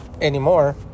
anymore